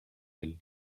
will